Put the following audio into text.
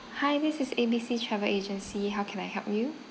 hi this is A B C travel agency how can I help you